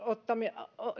ottaminen